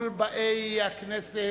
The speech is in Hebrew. כל באי הכנסת,